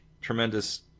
tremendous